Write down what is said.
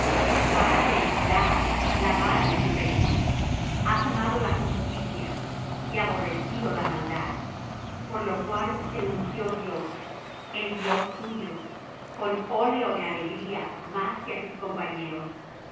vara de equidad la vara de tu reino has amado la justicia y aborrecido la maldad por lo cual te ungió dios el dios tuyo con óleo de alegría más que á tus compañeros y